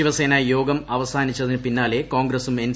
ശിവസേനാ യോഗം അവസാനിച്ചതിനു പിന്നാലെ കോൺഗ്രസും എൻ